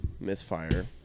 misfire